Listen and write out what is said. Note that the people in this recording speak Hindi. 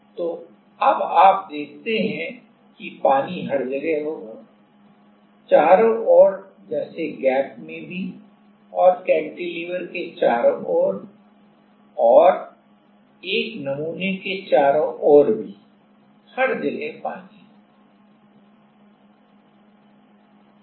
तो अब आप देखते हैं कि पानी हर जगह होगा चारों ओर जैसे गैप में भी और कैंटिलीवर के चारों ओर एक नमूने के चारों ओर भी हर जगह पानी होगा